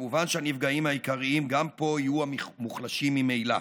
כמובן שהנפגעים העיקריים גם פה יהיו המוחלשים ממילא.